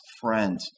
friend